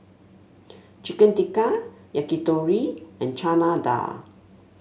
Chicken Tikka Yakitori and Chana Dal